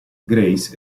grace